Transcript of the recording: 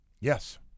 Yes